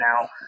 now